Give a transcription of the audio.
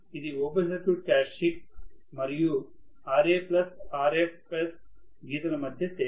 ఇది open circuit characteristics మరియు Ra Rfs గీతల మధ్య తేడా